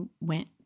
went